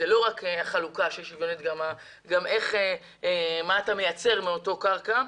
זאת לא רק החלוקה האי שוויונית אלא גם מה אתה מייצר מאותה קרקע.